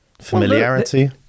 familiarity